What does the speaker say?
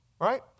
right